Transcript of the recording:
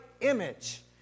image